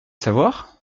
savoir